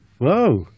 Whoa